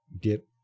get